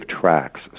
tracks